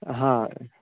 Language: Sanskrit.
हा